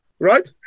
Right